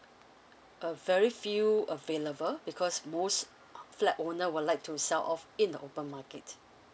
uh very few available because most flat owner would like to sell off in the open market